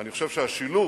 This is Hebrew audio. ואני חושב שהשילוב